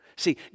See